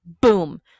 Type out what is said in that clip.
Boom